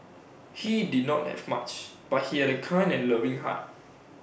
he did not have much but he had A kind and loving heart